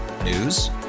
News